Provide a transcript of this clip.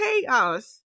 chaos